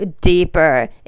deeper